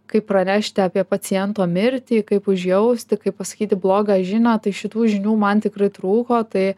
kaip pranešti apie paciento mirtį kaip užjausti kaip pasakyti blogą žinią tai šitų žinių man tikrai trūko tai